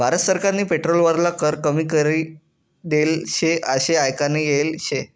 भारत सरकारनी पेट्रोल वरला कर कमी करी देल शे आशे आयकाले येल शे